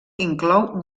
inclou